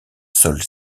sol